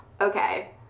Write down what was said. Okay